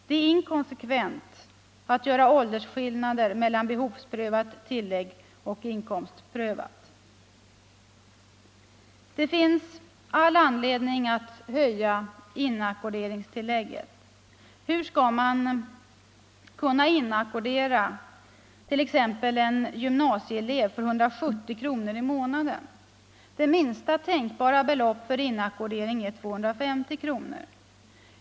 Det är inkonsekvent att göra åldersskillnader mellan behovsprövat tillägg och inkomstprövat. Det finns all anledning att höja inackorderingstillägget. Hur skall man kunna inackordera t.ex. en gymnasieelev för 170 kr. i månaden? Det minsta tänkbara beloppet för inackordering är 250 kr.